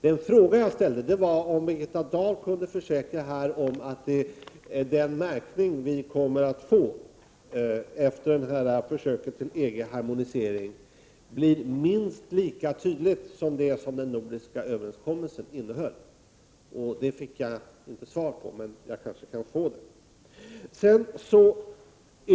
Den fråga jag ställde gällde om Birgitta Dahl här kunde försäkra att den märkning vi kommer att få efter försöket till EG-harmonisering blir minst lika tydlig som den i den nordiska överenskommelsen. Jag fick inte svar på den frågan, men jag kanske kan få det.